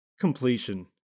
completion